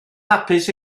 hapus